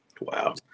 Wow